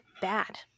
bad